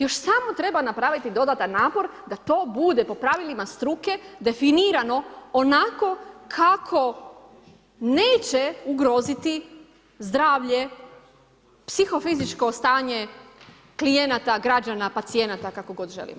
Još samo treba napraviti dodatan napor da to bude po pravilima struke definirano onako kako neće ugroziti zdravlje psihofizičko stanje klijenata, građana, pacijenata, kako god želimo.